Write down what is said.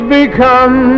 become